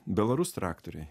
belarus traktoriai